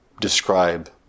describe